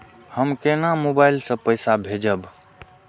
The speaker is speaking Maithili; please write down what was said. हम केना मोबाइल से पैसा भेजब?